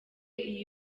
iyi